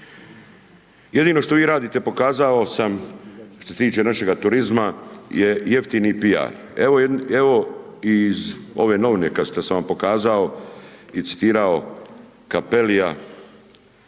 Jedino što vi radite pokazao sam što se tiče našega turizma je jeftini PR. Evo iz ove novine kad sam vam pokazao i citirao Cappellija